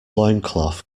loincloth